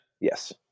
Yes